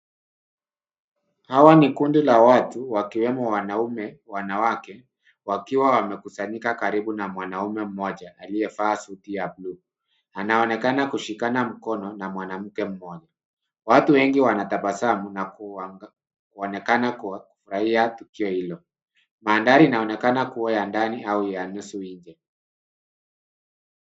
Hawa ni kundi la watu wakiwemo wanaume wanawake wakiwa wamekusanyika karibu na mwanaume mmoja aliyevalia suti la blue .Anaonekana kushikana mkono na mwanamke mmoja. Watu wengi wanatabasamu na kuonekana kufurahia tukio hilo. Mandhari inaonekana kuwa ya ndani au ya nyusu nje.